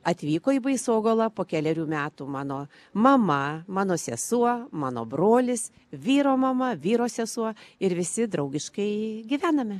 atvyko į baisogalą po kelerių metų mano mama mano sesuo mano brolis vyro mama vyro sesuo ir visi draugiškai gyvename